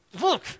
look